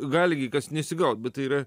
gali gi kas nesigaut bet tai yra